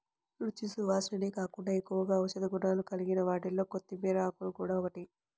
రుచి, సువాసనే కాకుండా ఎక్కువగా ఔషధ గుణాలు కలిగిన వాటిలో కొత్తిమీర ఆకులు గూడా ఒకటి